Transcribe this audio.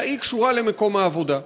אלא קשורה למקום העבודה.